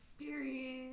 Period